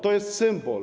To jest symbol.